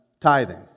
tithing